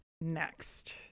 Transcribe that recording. next